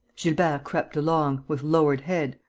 gilbert crept along, with lowered head,